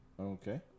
Okay